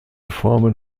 formen